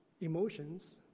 emotions